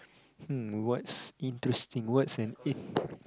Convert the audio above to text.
hmm what's interesting what's an eh